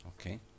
Okay